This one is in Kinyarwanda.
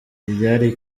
ibyari